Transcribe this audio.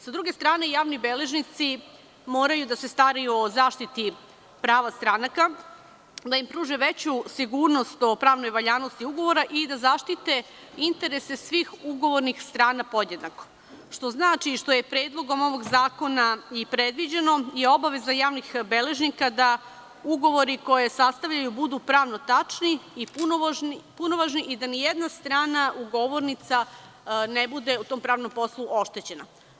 Sa druge strane, javni beležnici moraju da se staraju o zaštiti prava stranaka, da im pruže veću sigurnost o pravnoj valjanosti ugovora i da zaštite interese svih ugovornih strana podjednako, što znači i što je predlogom ovog zakona i predviđeno i obaveza javnih beležnika da ugovori koje sastavljaju budu pravno tačni i punovažni i da nijedna strana ugovornica ne bude u tom pravnom poslu oštećena.